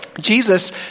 Jesus